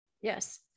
Yes